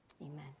Amen